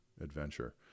adventure